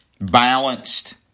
balanced